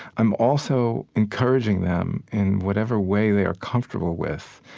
i'm also encouraging them, in whatever way they are comfortable with,